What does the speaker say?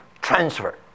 transfer